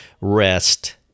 rest